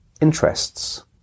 interests